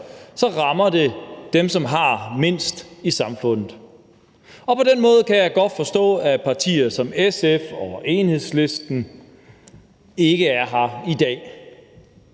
rammer det dem i samfundet, som har mindst. Og på den måde kan jeg godt forstå, at partier som SF og Enhedslisten ikke er her i dag.